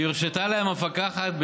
והרשתה להם המפקחת,